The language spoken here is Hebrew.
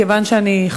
כיוון שאני,